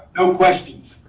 no questions.